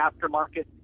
aftermarket